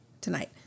tonight